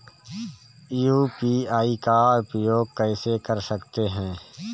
UPI का उपयोग कैसे कर सकते हैं?